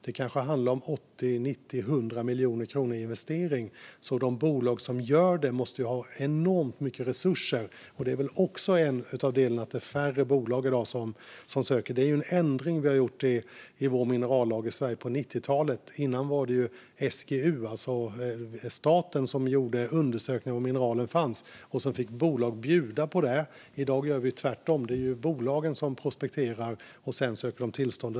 Det kanske handlar om 80, 90, 100 miljoner i investeringar, så de bolag som gör dem måste ha enormt mycket resurser. Det är väl också en av anledningarna till att det är färre bolag som söker i dag. Det gjordes en ändring i minerallagen i Sverige på 90-talet. Innan dess var det SGU, alltså staten, som gjorde en undersökning om mineralen fanns, och sedan fick bolag bjuda på det. I dag gör vi tvärtom. Det är bolagen som prospekterar, och sedan söker de tillstånd.